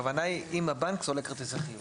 הכוונה היא אם הבנק סולק כרטיסי חיוב.